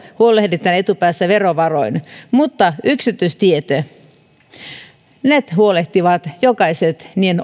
huolehditaan etupäässä verovaroin mutta yksityisteistä huolehtii jokainen niiden